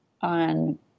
on